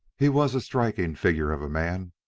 he was a striking figure of a man,